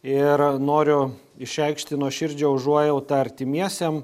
ir noriu išreikšti nuoširdžią užuojautą artimiesiem